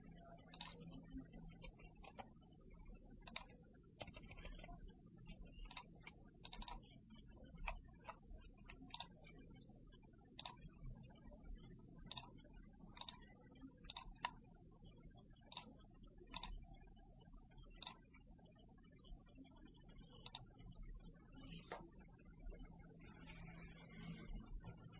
सबसे पहले यह पाठ्यक्रम जिस तरह से हमने आपदा की योजना बनाई बहाली और वापस बेहतर निर्माण तो यह 8 मॉड्यूल है